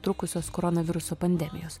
trukusios koronaviruso pandemijos